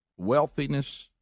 wealthiness